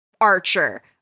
archer